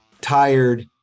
tired